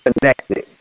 connected